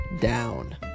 down